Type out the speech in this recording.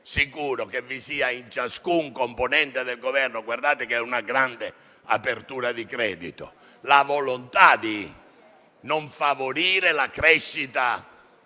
sicuro che vi sia in ciascun componente del Governo - guardate che è una grande apertura di credito - la volontà di non favorire la crescita